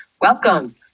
Welcome